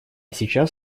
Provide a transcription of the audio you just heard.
сейчас